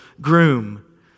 groom